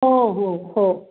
हो हो हो